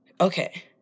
Okay